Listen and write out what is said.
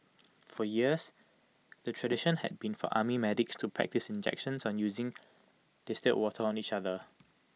for years the tradition had been for army medics to practise injections on using distilled water on each other